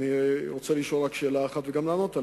אני רוצה לשאול רק שאלה אחת, וגם לענות עליה: